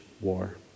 war